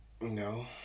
No